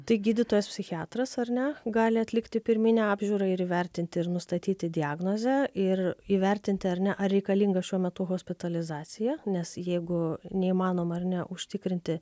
tai gydytojas psichiatras ar ne gali atlikti pirminę apžiūrą ir įvertinti ir nustatyti diagnozę ir įvertinti ar ne ar reikalinga šiuo metu hospitalizacija nes jeigu neįmanoma ar ne užtikrinti